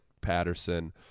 Patterson